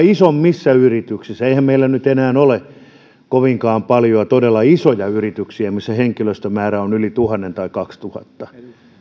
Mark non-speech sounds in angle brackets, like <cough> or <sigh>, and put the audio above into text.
<unintelligible> isommissa yrityksissä eihän meillä nyt enää ole kovinkaan paljoa todella isoja yrityksiä missä henkilöstömäärä on yli tuhannen tai kaksituhatta